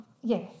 Yes